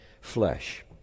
flesh